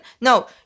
No